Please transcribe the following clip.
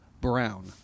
Brown